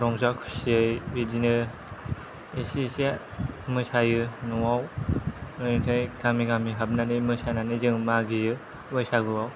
रंजा खुसियै बिदिनो एसे एसे मोसायो न'आव एनिफ्राय गामि गामि हाबनानै मोसानानै जोङो मागियो बैसागुआव